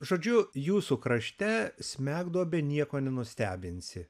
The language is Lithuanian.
žodžiu jūsų krašte smegduobe nieko nenustebinsi